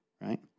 right